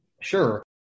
Sure